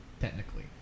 Technically